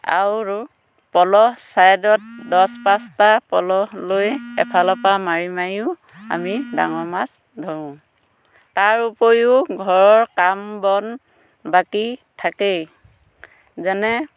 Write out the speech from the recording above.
আৰু টো তলৰ চাইডত দছ পাঁচটা প'লহ লৈ এফালৰ পৰা মাৰি মাৰিও আমি ডাঙৰ মাছ ধৰোঁ তাৰ উপৰিও ঘৰৰ কাম বন বাকী থাকেই যেনে